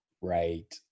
Right